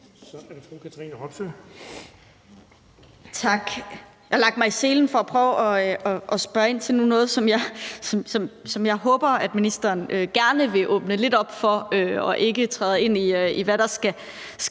Tak. Jeg har sat mig for at prøve at spørge ind til noget, som jeg håber ministeren gerne vil åbne lidt op for, så hun ikke bevæger sig ind på, hvad der skal